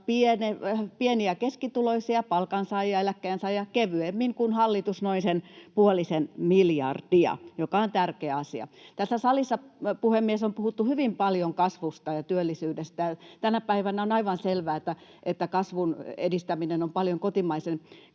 pieni- ja keskituloisia palkansaajia ja eläkkeensaajaa kevyemmin kuin hallitus, noin sen puolisen miljardia, joka on tärkeä asia. Tässä salissa, puhemies, on puhuttu hyvin paljon kasvusta ja työllisyydestä. Tänä päivänä on aivan selvää, että kasvun edistäminen on paljon kotimaisen